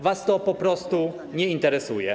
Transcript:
Was to po prostu nie interesuje.